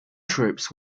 troops